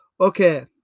Okay